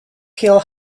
peel